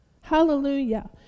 Hallelujah